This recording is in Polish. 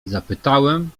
zapytałem